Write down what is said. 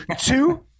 Two